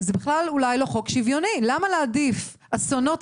אולי זה בכלל לא חוק שוויוני: למה להעדיף אסונות